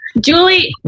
Julie